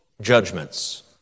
judgments